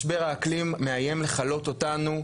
משבר האקלים מאיים לכלות אותנו,